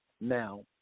Now